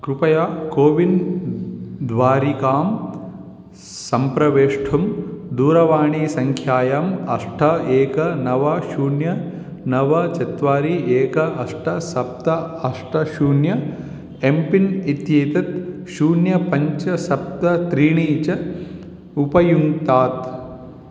कृपया कोविन् द्वारिकां सम्प्रवेष्टुं दूरवाणीसङ्ख्यायाम् अष्ट एकं नव शून्यं नव चत्वारि एकम् अष्ट सप्त अष्ट शून्यम् एम् पिन् इत्येतत् शून्यं पञ्च सप्त त्रीणी च उपयुङ्क्तात्